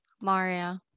Maria